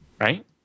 Right